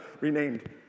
renamed